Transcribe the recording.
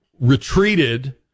retreated